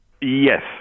Yes